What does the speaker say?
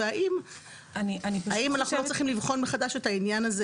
והאם אנחנו לא צריכים לבחון מחדש את העניין הזה?